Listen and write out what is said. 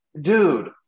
dude